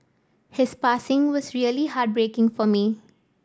his passing was really heartbreaking for me